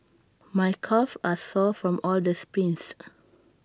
my calves are sore from all the sprints